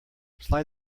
slide